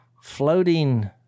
floating